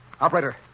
Operator